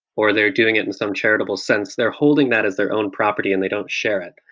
or they're doing it in some charitable sense, they're holding that as their own property and they don't share it.